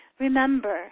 Remember